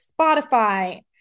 Spotify